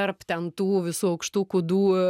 tarp ten tų visų aukštų kūdų